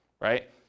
right